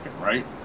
right